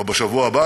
או בשבוע הבא,